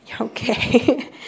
Okay